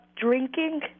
drinking